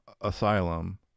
asylum